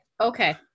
Okay